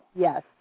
Yes